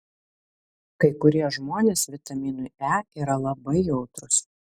kai kurie žmonės vitaminui e yra labai jautrūs